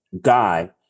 guy